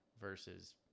versus